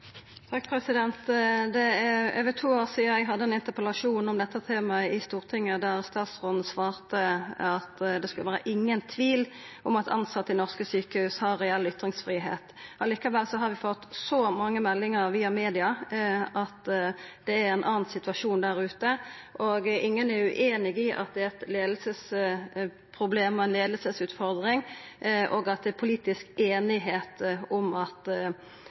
Det er over to år sidan eg hadde ein interpellasjon om dette temaet i Stortinget, der statsråden svarte at det ikkje skal vera nokon tvil om at tilsette i norske sjukehus har reell ytringsfridom. Likevel har vi fått mange meldingar via media om at det er ein annan situasjon der ute, og ingen er ueinig i at det er eit leiingsproblem og ei leiingsutfordring, og at det er politisk einigheit om at